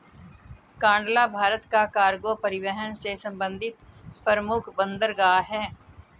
कांडला भारत का कार्गो परिवहन से संबंधित प्रमुख बंदरगाह है